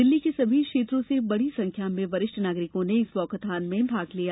दिल्ली के समी क्षेत्रों से बड़ी संख्या में वरिष्ठ नागरिकों ने इस वाकाथॉन में भाग लिया